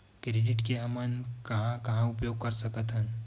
Credit के हमन कहां कहा उपयोग कर सकत हन?